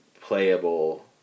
playable